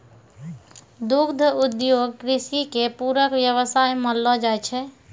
दुग्ध उद्योग कृषि के पूरक व्यवसाय मानलो जाय छै